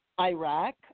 Iraq